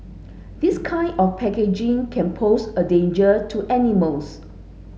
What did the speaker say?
this kind of packaging can pose a danger to animals